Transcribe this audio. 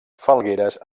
falgueres